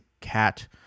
cat